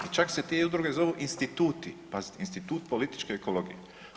I čak se te udruge zovu instituti, pazi Institut političke ekologije.